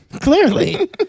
Clearly